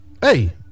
Hey